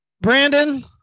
Brandon